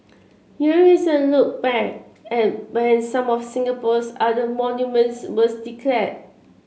here is a look back at when some of Singapore's other monuments were declared